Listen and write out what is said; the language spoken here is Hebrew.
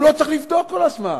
הוא לא צריך לבדוק כל הזמן,